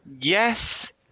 Yes